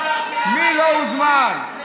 מי לא הוזמן,